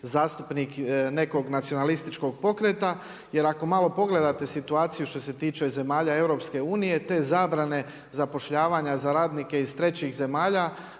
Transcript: zastupnik nekog nacionalističkog pokreta, jer ako malo pogledate situaciju što se tiče zemalja EU te zabrane zapošljavanja za radnike iz trećih zemalja